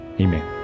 amen